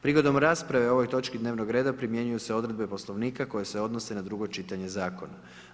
Prigodom rasprave o ovoj točki dnevnog reda primjenjuju se odredbe Poslovnika koje se odnose na drugo čitanje zakona.